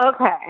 Okay